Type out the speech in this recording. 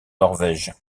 norvège